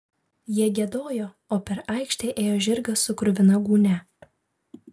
jie giedojo o per aikštę ėjo žirgas su kruvina gūnia